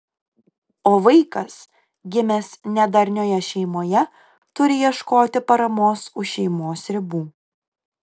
o vaikas gimęs nedarnioje šeimoje turi ieškoti paramos už šeimos ribų